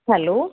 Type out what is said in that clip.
hello